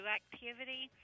activity